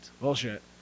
Bullshit